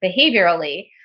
behaviorally